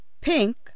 Pink